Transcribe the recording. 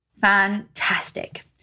Fantastic